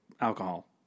alcohol